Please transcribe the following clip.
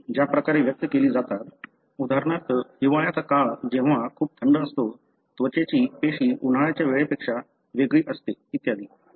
jeans ज्या प्रकारे व्यक्त केली जातात उदाहरणार्थ हिवाळ्याचा काळ जेव्हा खूप थंड असतो त्वचेची पेशी उन्हाळ्याच्या वेळेपेक्षा वेगळी असते इत्यादी